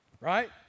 right